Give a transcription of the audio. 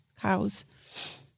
cows